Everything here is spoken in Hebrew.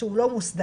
שהוא לא מוסדר,